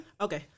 Okay